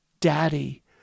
Daddy